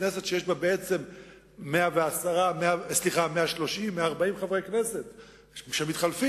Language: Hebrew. כנסת שיש בה בעצם 130 140 חברי כנסת שמתחלפים.